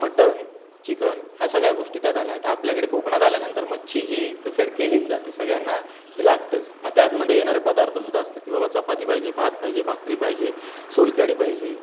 mutton chicken ह्या सगळ्या गोष्टी त्यात आल्या त्या आपल्याकडे कोकणात आल्यानंतर मच्छी ही प्रिफर्ड केलीच जाते सगळ्यांना ते लागतंच मग त्यातमध्ये येणारे पदार्थ सुद्धा असतात की बाबा चपाती पाहिजे भात पाहिजे भाकरी पाहिजे सोलकढी पाहिजे